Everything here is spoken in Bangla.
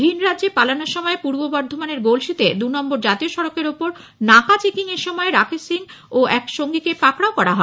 ভিন রাজ্যে পালানোর সময় পূর্ব বর্ধমানের গলসিতে দু নম্বর জাতীয় সড়কের ওপর নাকা চেকিং এর সময় রাকেশ সিং ও এক সঙ্গীকে পাকড়াও করা হয়